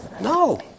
No